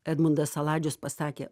edmundas saladžius pasakė